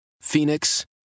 Phoenix